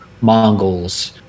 Mongols